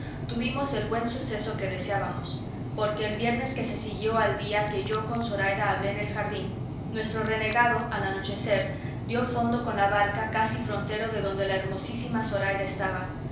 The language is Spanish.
tuvimos el buen suceso que deseábamos porque el viernes que se siguió al día que yo con zoraida hablé en el jardín nuestro renegado al anochecer dio fondo con la barca casi frontero de donde la hermosísima zoraida estaba